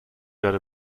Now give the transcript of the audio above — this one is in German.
werde